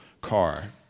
car